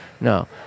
No